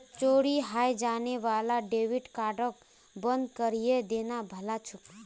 चोरी हाएं जाने वाला डेबिट कार्डक बंद करिहें देना भला छोक